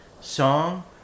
song